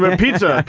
um and pizza,